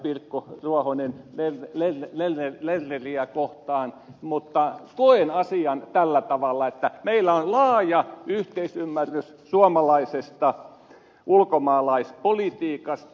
pirkko ruohonen lerneriä kohtaan mutta koen asian tällä tavalla että meillä on laaja yhteisymmärrys suomalaisesta ulkomaalaispolitiikasta